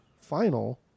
final